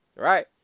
right